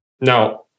now